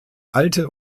alte